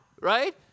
right